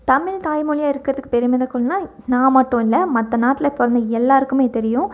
தமிழ் தாய் மொழியாக இருக்கிறதுக்கு பேர் என்ன நான் மட்டும் இல்லை மற்ற நாட்டில் பிறந்த எல்லாருக்குமே இது தெரியும்